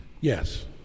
Yes